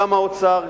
גם האוצר,